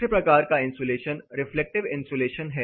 दूसरे प्रकार का इन्सुलेशन रिफ्लेक्टिव इन्सुलेशन है